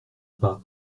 pas